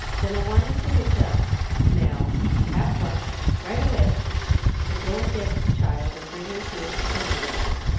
then i want him to hitch up now at once right away and go and get the child and bring her here to dinner with me.